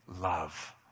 love